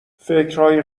فکرهای